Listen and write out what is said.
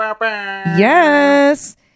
Yes